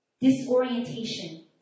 Disorientation